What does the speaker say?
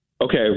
Okay